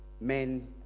men